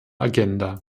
agenda